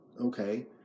Okay